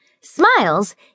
Smiles